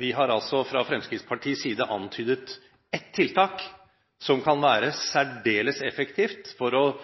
Vi har fra Fremskrittspartiets side antydet ett tiltak som kan være særdeles effektivt for